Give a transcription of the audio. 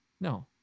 No